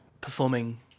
performing